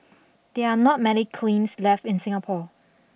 there are not many left in Singapore